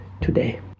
today